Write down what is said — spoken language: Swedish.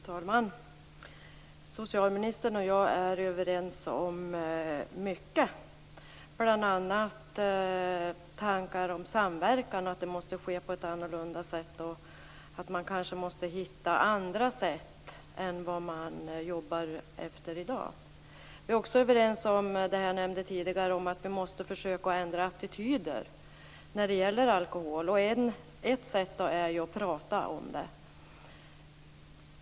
Fru talman! Socialministern och jag är överens om mycket, bl.a. om tankar om samverkan. Arbetet måste ske på ett annorlunda sätt. Vi kanske måste hitta andra sätt än vad man arbetar efter i dag. Vi är också överens om det jag nämnde tidigare om att vi måste försöka ändra attityder när det gäller alkohol. Ett sätt är att prata om detta.